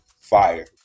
fire